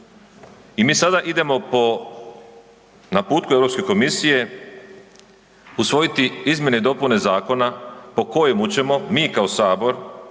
I mi sada idemo po naputku Europske komisije usvojiti izmjene i dopune zakona po kojima ćemo mi kao Sabor